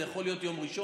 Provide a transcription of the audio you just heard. זה יכול להיות ביום ראשון,